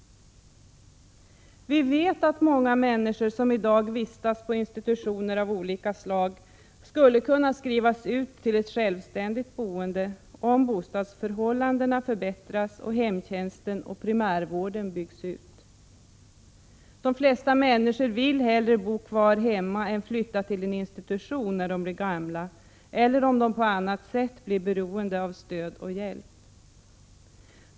14 maj 1987 Vi vet att många människor som i dag vistas på institutioner av olika slag skulle kunna skrivas ut till ett självständigt boende om bostadsförhållandena förbättras och om hemtjänsten och primärvården byggs ut. De flesta människor vill hellre bo kvar hemma än flytta till en institution när de blir gamla eller om de på annat sätt blir beroende av stöd och hjälp.